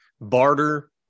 barter